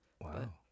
Wow